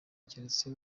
keretse